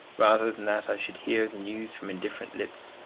rather than that i should hear the news from indifferent lips,